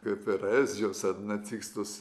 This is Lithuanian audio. kaip erezijos ar netikslus